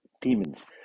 demons